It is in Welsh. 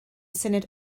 syniad